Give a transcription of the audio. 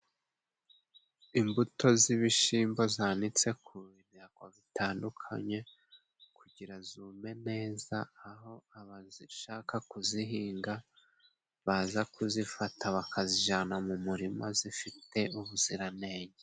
Imbuto z'ibishimbo zanitse ku birago bitandukanye, kugira ngo zume neza, aho abashaka kuzihinga baza kuzifata, bakazijana mu murima zifite ubuziranenge.